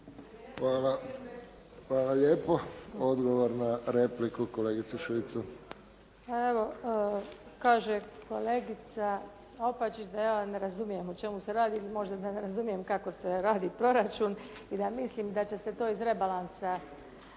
Hvala. Hvala lijepo. Odgovor na repliku kolegica Šuica. **Šuica, Dubravka (HDZ)** Pa evo kaže kolegica Opačić da ja ne razumijem o čemu se radi. Možda ne razumijem kako se radi proračun jer ja mislim da će se to iz rebalansa,